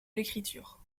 l’écriture